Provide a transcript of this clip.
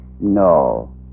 No